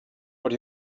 what